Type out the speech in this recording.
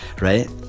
right